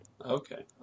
okay